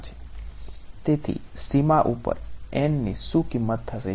તેથી સીમા ઉપર n ની શું કીમત થશે